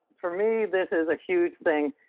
for me this is a huge thing.